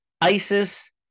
Isis